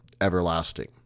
everlasting